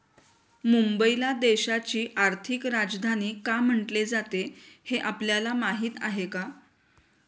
मुंबईला देशाची आर्थिक राजधानी का म्हटले जाते, हे आपल्याला माहीत आहे का?